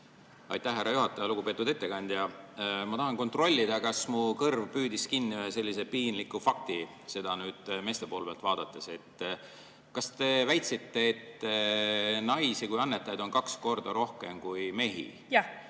Aitäh, härra juhataja! Lugupeetud ettekandja! Ma tahan kontrollida, kas mu kõrv püüdis kinni ühe sellise piinliku fakti, seda meeste poole pealt vaadates. Kas te väitsite, et naisi kui annetajaid on kaks korda rohkem kui mehi? Jah.